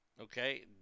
okay